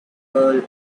girl